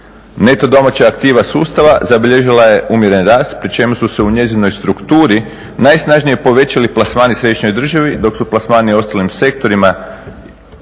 Neto domaća aktiva sustava zabilježila je umjeren rast pri čemu su se u njezinoj strukturi najsnažnije povećali plasmani središnjoj državi dok su plasmani ostalim sektorima, ako